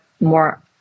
more